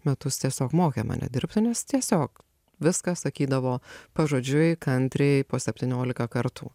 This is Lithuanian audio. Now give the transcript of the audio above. metus tiesiog mokė mane dirbti nes tiesiog viską sakydavo pažodžiui kantriai po septyniolika kartų